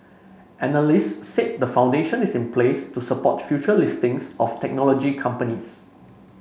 analysts said the foundation is in place to support future listings of technology companies